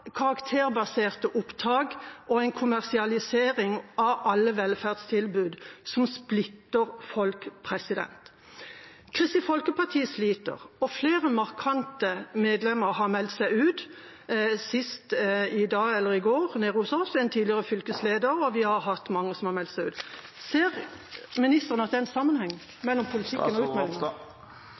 karakterbaserte opptak og en kommersialisering av alle velferdstilbud, noe som splitter folk. Kristelig Folkeparti sliter, og flere markante medlemmer har meldt seg ut – sist i dag eller i går en tidligere fylkesleder nede hos oss, vi har hatt mange som har meldt seg ut. Ser ministeren at det er en sammenheng mellom politikken og